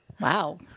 Wow